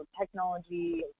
technology